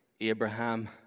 Abraham